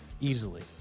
easily